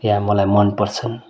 या मलाई मन पर्छन्